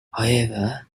however